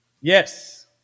yes